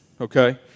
okay